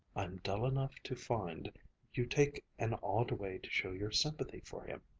i'm dull enough to find you take an odd way to show your sympathy for him,